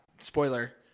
spoiler